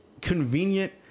convenient